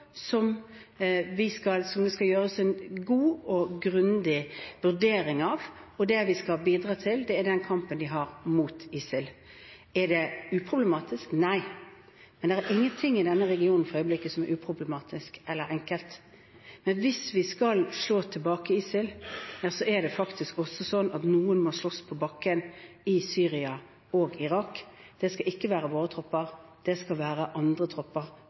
som det skal gjøres en god og grundig vurdering av. Det vi skal bidra til, er den kampen de har mot ISIL. Er det uproblematisk? Nei, men det er ingenting i denne regionen for øyeblikket som er uproblematisk eller enkelt. Men hvis vi skal slå tilbake ISIL, er det faktisk sånn at noen må slåss på bakken i Syria og Irak. Det skal ikke være våre tropper. Det skal det være andre tropper